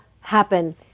happen